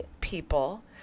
people